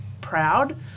proud